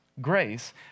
Grace